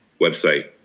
website